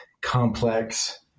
complex